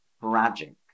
tragic